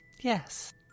Yes